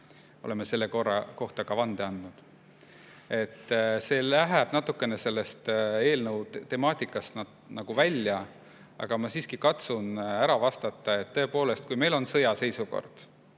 Oleme selle kohta ka vande andnud. See läheb natukene selle eelnõu temaatikast nagu välja, aga ma siiski katsun vastata. Kui on sõjaseisukord